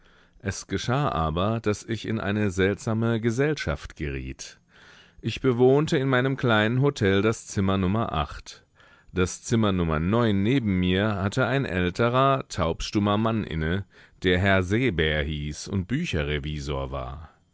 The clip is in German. es geschah aber daß ich in eine seltsame gesellschaft geriet ich bewohnte in meinem kleinen hotel das zimmer nr das zimmer nr neben mir hatte ein älterer taubstummer mann inne der herr seebär hieß und bücherrevisor war